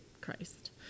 Christ